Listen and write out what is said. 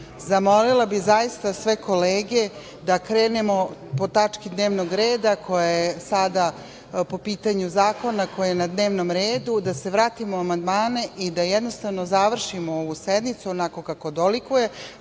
bih zaista sve kolege da krenemo po tački dnevnog reda koja je sada, po pitanju zakona, koja je na dnevnom redu, da se vratimo na amandmane i da jednostavno završimo ovu sednicu onako kako dolikuje,